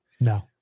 no